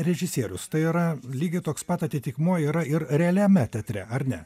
režisierius tai yra lygiai toks pat atitikmuo yra ir realiame teatre ar ne